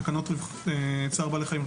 תקנות צער בעלי חיים.